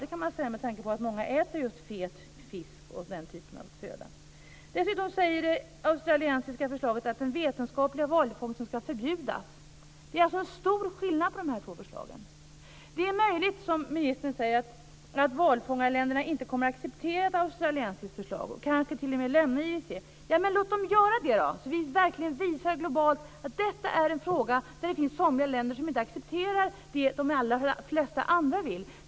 Det kan man säga, med tanke på att många äter just fet fisk och den typen av föda. Dessutom säger det australiensiska förslaget att den vetenskapliga valfångsten skall förbjudas. Det är alltså en stor skillnad mellan de båda förslagen. Det är möjligt, som ministern säger, att valfångarländerna inte kommer att acceptera det australienska förslaget och att de t.o.m. lämnar IWC. Men låt dem göra det, för då kan vi verkligen visa globalt att detta är en fråga där somliga länder inte accepterar vad de allra flesta andra vill.